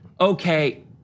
okay